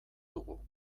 dugu